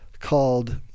called